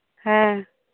ᱦᱮᱸ